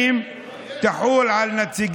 המזרחית וגירוש תושבי שייח'